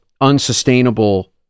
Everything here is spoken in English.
unsustainable